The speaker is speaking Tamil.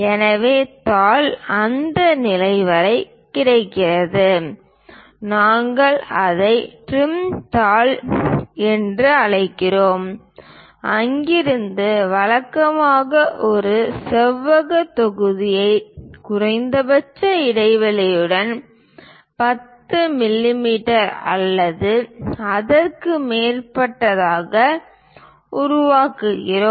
எனவே தாள் அந்த நிலை வரை கிடைக்கிறது நாங்கள் அதை டிரிம் தாள் என்று அழைக்கிறோம் அங்கிருந்து வழக்கமாக ஒரு செவ்வகத் தொகுதியை குறைந்தபட்ச இடைவெளியுடன் 10 மிமீ அல்லது அதற்கு மேற்பட்டதாக உருவாக்குகிறோம்